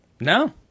No